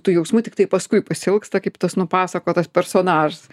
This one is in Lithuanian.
tų jausmų tiktai paskui pasiilgsta kaip tas nupasakotas personažas